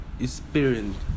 experience